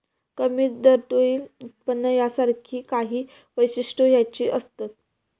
कमी दरडोई उत्पन्न यासारखी काही वैशिष्ट्यो ह्याची असत